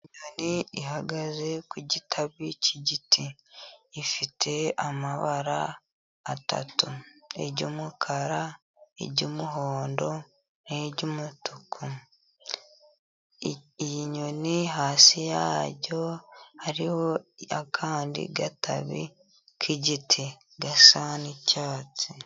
Inyoni ihagaze ku gitabi cy' igiti ifite amabara atatu, iry' umukara, iry' umuhondo ni ry' umutuku. Iyi nyoni hasi yayo hariho akandi gatabi k' igiti gasa n'icyatsi.